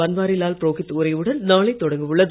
பன்வாரிலால் புரோகித் உரையுடன் நாளை தொடங்கவுள்ளது